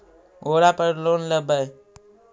ओरापर लोन लेवै?